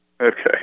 Okay